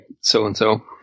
so-and-so